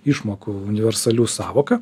išmokų universalių sąvoka